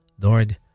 Lord